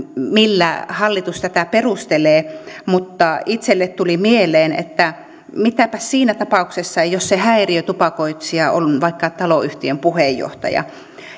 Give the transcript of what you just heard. millä hallitus tätä perustelee mutta itselleni tuli mieleen että mitäpäs siinä tapauksessa jos se häiriötupakoitsija on vaikka taloyhtiön puheenjohtaja